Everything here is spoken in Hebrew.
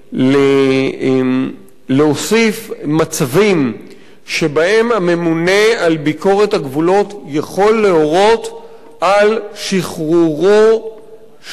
להוסיף מצבים שבהם הממונה על ביקורת הגבולות יכול להורות על שחרורו של